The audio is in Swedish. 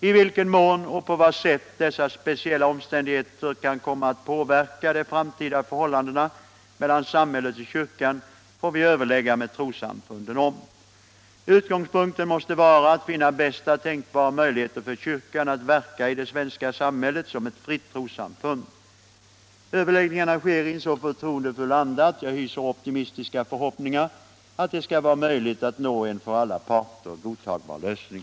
I vilken mån och på vad sätt dessa speciella omständigheter kan komma att påverka de framtida förhållandena mellan samhället och kyrkan får vi överlägga med trossamfunden om. Utgångspunkten måste vara att finna bästa tänkbara möjligheter för kyrkan att verka i det svenska samhället som ett fritt trossamfund. Överläggningarna sker i en så förtroendefull anda att jag hyser optimistiska förhoppningar att det skall vara möjligt att nå en för alla parter godtagbar lösning.